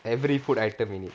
every food item in it